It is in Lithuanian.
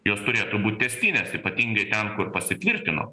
jos turėtų būt tęstinės ypatingai ten kur pasitvirtino